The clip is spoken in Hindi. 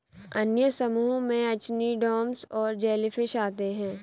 अन्य समूहों में एचिनोडर्म्स और जेलीफ़िश आते है